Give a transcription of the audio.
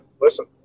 listen